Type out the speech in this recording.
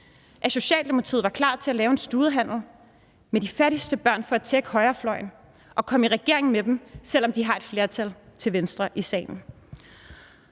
at Socialdemokratiet var klar til at lave en studehandel om de fattigste børn for at tækkes højrefløjen og komme i regering med dem, selv om de har et flertal til venstre i salen.